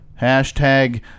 Hashtag